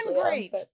great